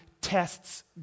tests